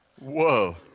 Whoa